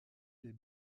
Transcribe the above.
les